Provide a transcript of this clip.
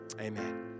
amen